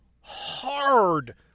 hard